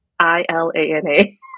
I-L-A-N-A